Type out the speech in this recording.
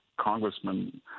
congressman